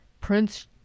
Prince